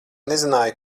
nezināju